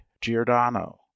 Giordano